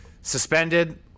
suspended